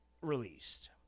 released